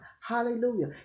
hallelujah